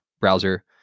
browser